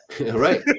Right